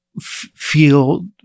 feel